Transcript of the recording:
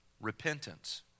repentance